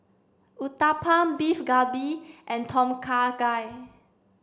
Uthapam Beef Galbi and Tom Kha Gai